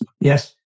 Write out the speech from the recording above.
Yes